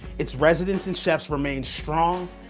its residents and chefs remained strong,